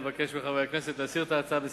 אני מבקש מחברי הכנסת להסיר את ההצעה מסדר-היום.